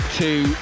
two